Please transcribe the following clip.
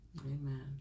Amen